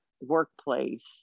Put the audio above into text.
workplace